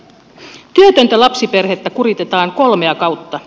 työtöntä lapsiperhettä kuritetaan kolmea kautta